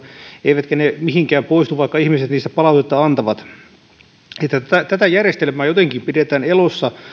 eivätkä ne mihinkään poistu vaikka ihmiset niistä palautetta antavat että tätä järjestelmää jotenkin pidetään elossa